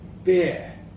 Beer